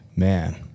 man